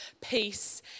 peace